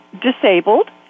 disabled